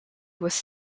was